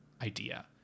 idea